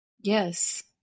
Yes